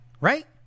right